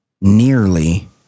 nearly